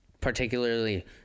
particularly